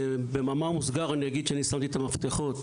במאמר מוסגר אני אגיד שאני שמתי את המפתחות